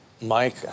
Mike